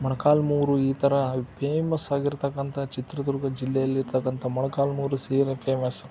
ಮೊಳಕಾಲ್ಮೂರು ಈ ಥರ ಪೇಮಸ್ ಆಗಿರತಕ್ಕಂಥ ಚಿತ್ರದುರ್ಗ ಜಿಲ್ಲೆಯಲ್ಲಿ ಇರತಕ್ಕಂಥ ಮೊಳಕಾಲ್ಮೂರು ಸೀರೆ ಫೇಮಸ್